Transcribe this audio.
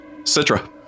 Citra